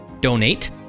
donate